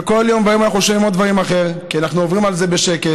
וכל יום אנחנו שומעים עוד דברים כי אנחנו עוברים על זה שקט.